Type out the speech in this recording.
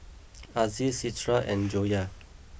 Aziz Citra and Joyah